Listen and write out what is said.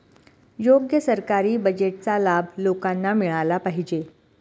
योग्य सरकारी बजेटचा लाभ लोकांना मिळाला पाहिजे